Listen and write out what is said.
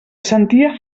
sentia